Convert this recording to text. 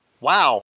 Wow